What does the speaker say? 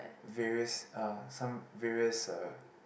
various uh some various uh